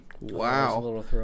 Wow